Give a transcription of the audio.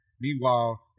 Meanwhile